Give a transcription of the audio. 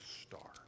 star